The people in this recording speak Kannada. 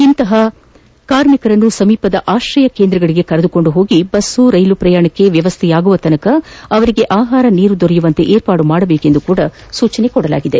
ಇಂತಹ ಕಾರ್ಮಿಕರನ್ನು ಸಮೀಪದ ಆಶ್ರಯಕೇಂದ್ರಗಳಿಗೆ ಕರೆದುಕೊಂದು ಹೋಗಿ ಬಸ್ ಅಥವಾ ರೈಲು ಪ್ರಯಾಣಕ್ಕೆ ವ್ಯವಸ್ಥೆಯಾಗುವವರೆಗೆ ಅವರಿಗೆ ಆಹಾರ ನೀರು ದೊರೆಯುವಂತೆ ಏರ್ಪಾಡುಮಾಡಬೇಕು ಎಂದು ಅವರು ತಿಳಿಸಿದ್ದಾರೆ